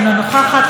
אינה נוכחת,